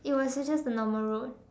it was just a normal road